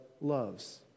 loves